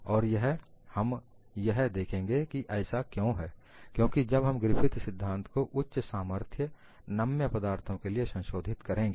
और यह हम यह देखेंगे कि ऐसा क्यों है क्योंकि जब हम ग्रिफिथ सिद्धांत को उच्च सामर्थ्य नम्य पदार्थों के लिए संशोधित करेंगे